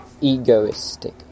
egoistic